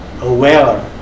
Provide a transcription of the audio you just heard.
aware